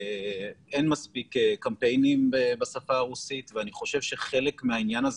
אין מספיק קמפיינים בשפה הרוסית ואני חושב שחלק מהעניין הזה,